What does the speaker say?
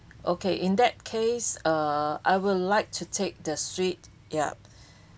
okay in that case uh I will like to take the suite yup